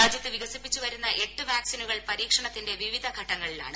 രാജ്യത്ത് വികസിപ്പിച്ചു വരുന്ന എട്ട് വാക്സിനുകൾ പരീക്ഷണത്തിന്റെ വീവിധ ഘട്ടങ്ങളിലാണ്